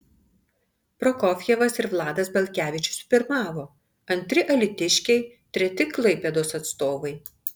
prokofjevas ir vladas belkevičius pirmavo antri alytiškiai treti klaipėdos atstovai